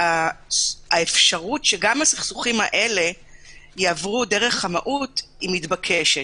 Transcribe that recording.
האפשרות שגם הסכסוכים האלה יעברו דרך המהו"ת היא מתבקשת,